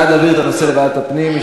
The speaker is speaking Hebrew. בעד להעביר את הנושא לוועדת הפנים,